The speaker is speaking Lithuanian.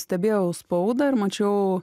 stebėjau spaudą ir mačiau